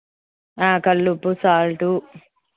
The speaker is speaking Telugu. కల్లు ఉప్పు సాల్టు